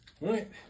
Right